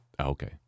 okay